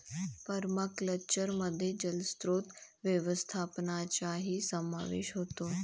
पर्माकल्चरमध्ये जलस्रोत व्यवस्थापनाचाही समावेश होतो